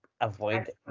avoid